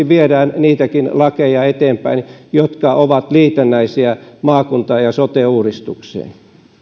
viedään niitäkin lakeja eteenpäin jotka ovat liitännäisiä maakunta ja sote uudistukseen